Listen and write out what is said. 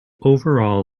overall